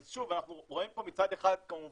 אז שוב, אנחנו רואים פה מצד אחד כמובן